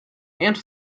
ant